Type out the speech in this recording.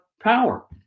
power